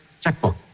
checkbook